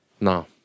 No